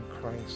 Christ